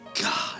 God